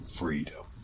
freedom